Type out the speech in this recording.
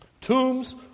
Tombs